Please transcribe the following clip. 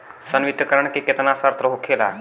संवितरण के केतना शर्त होखेला?